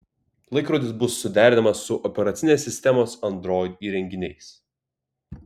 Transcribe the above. laikrodis bus suderinamas su operacinės sistemos android įrenginiais